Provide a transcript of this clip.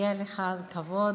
מגיע לך כבוד.